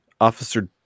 Officer